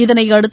இதனையடுத்து